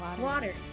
Water